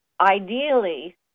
ideally